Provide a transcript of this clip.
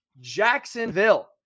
Jacksonville